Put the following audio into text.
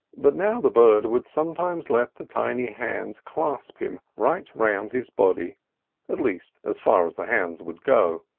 but now the bird would sometimes let the tiny hands clasp him right round his body at least, as far as the hands would go.